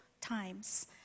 times